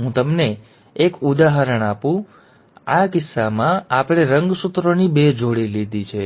હવે હું તમને આ એક ઉદાહરણ સાથે આપું છું હવે આ કિસ્સામાં આપણે રંગસૂત્રોની બે જોડી લીધી છે